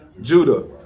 Judah